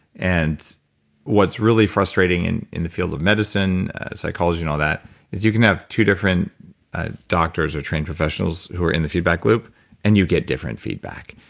and what's really frustrating in in the field of medicine psychology and all that is you can have two different doctors or trained professionals who are in the feedback loop and you get different feedback.